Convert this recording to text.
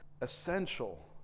essential